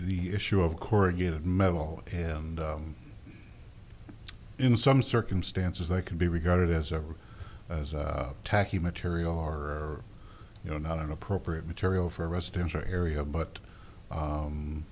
the issue of corrugated metal him in some circumstances they can be regarded as ever as tacky material or you know not an appropriate material for a residential area but